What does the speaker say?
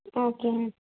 okay